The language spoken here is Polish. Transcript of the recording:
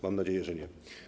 Mam nadzieję, że nie.